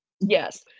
Yes